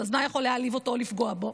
אז מה יכול להעליב אותו או לפגוע בו?